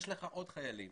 יש לך עוד חיילים